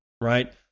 right